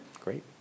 Great